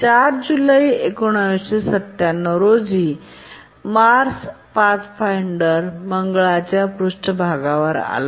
4 जुलै 1997 रोजी Mars Pathfinder मंगळाच्या पृष्ठभागावर आला